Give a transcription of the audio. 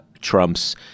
Trump's